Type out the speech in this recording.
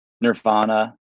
Nirvana